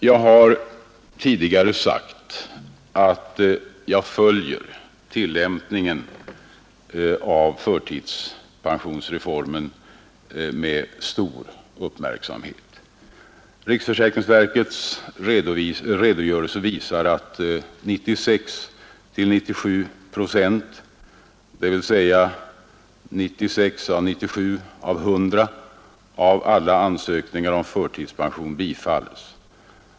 Jag har tidigare sagt att jag följer tillämpningen av förtidspensionsreformen med stor uppmärksamhet. Riksförsäkringsverkets redogörelse visar att 96—97 procent, dvs. att 96 å 97 av 100 ansökningar om förtidspension, bifalles.